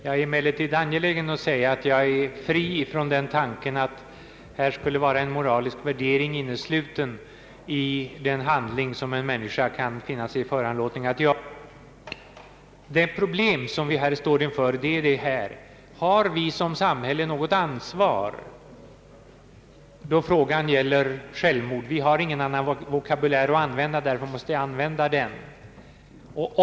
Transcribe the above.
Jag är emellertid angelägen att framhålla att jag är fri från den tanken att det skulle vara en moralisk värdering innesluten i den handling som en människa kan finna sig föranlåten att begå. Det problem vi här står inför är: Har vi som samhälle något ansvar då det gäller självmord? Jag måste använda det uttrycket eftersom vi inte har något annat i vår vokabulär.